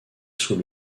sous